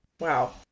Wow